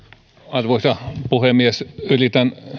arvoisa puhemies yritän